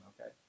okay